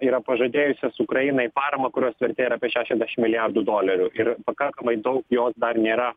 yra pažadėjusios ukrainai paramą kurios vertė yra apie šešiasdešim milijardų dolerių ir pakankamai daug jos dar nėra